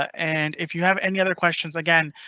and if you have any other questions again,